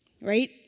right